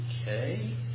okay